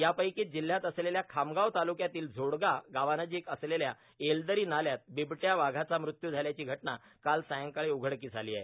यापैकांच जिल्ह्यात असलेल्या खामगाव तालुक्यातील झोडगा गावानजीक असलेल्या येलदर्रा नाल्यात बिबट्या वाघाचा मृत्यू झाल्याची घटना काल सायंकाळी उघडकोंस आला आहे